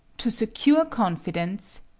to secure confidence,